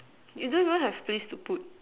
you don't even have place to put